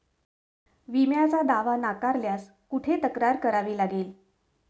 विम्याचा दावा नाकारल्यास कुठे तक्रार करावी लागेल?